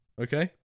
Okay